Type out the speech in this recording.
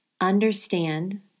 understand